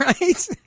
Right